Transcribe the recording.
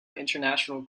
international